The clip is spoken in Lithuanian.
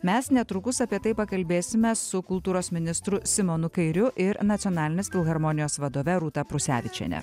mes netrukus apie tai pakalbėsime su kultūros ministru simonu kairiu ir nacionalinės filharmonijos vadove rūta prusevičiene